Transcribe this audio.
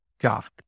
God